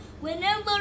whenever